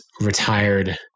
retired